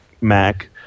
Mac